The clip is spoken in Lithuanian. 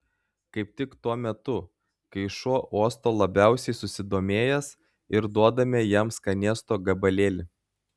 kaip tik tuo metu kai šuo uosto labiausiai susidomėjęs ir duodame jam skanėsto gabalėlį